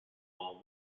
while